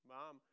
Mom